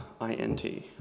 INT